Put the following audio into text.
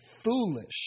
foolish